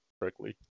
correctly